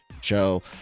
show